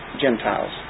Gentiles